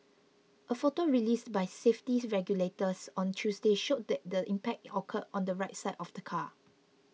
a photo released by safety regulators on Tuesday showed that the impact occurred on the right side of the car